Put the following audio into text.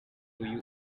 ubu